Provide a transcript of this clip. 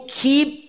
keep